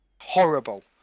horrible